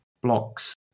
blocks